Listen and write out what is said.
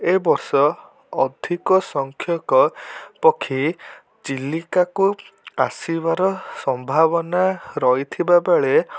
ଏବର୍ଷ ଅଧିକ ସଂଖ୍ୟକ ପକ୍ଷୀ ଚିଲିକାକୁ ଆସିବାର ସମ୍ଭାବନା ରହିଥିବା ବେଳେ